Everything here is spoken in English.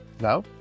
now